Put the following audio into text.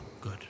good